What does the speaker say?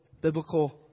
biblical